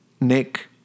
Nick